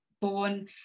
born